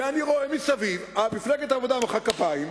אני רואה מסביב, מפלגת העבודה מוחאת כפיים.